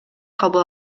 кабыл